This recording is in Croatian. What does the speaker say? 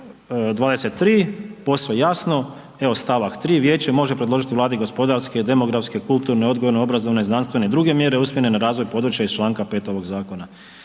23. posve jasno, evo st. 3. vijeće može predložiti Vladi gospodarske, demografske, kulturne, odgojno obrazovne, znanstvene i druge mjere usmjerene na razvoj područja iz čl. 5. ovog zakona.